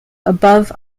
above